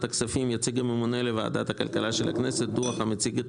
הכספים יציג הממונה לוועדת הכלכלה של הכנסת דוח המציג את